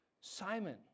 Simon